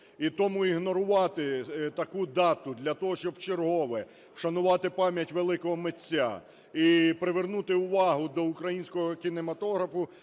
І тому ігнорувати таку дату для того, щоб вчергове вшанувати пам'ять великого митця і привернути увагу до українського кінематографу,